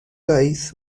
daith